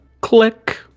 click